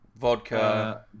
vodka